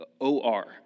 O-R